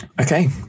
Okay